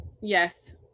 Yes